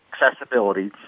accessibility